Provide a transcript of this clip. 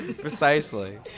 precisely